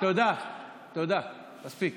תודה, מספיק.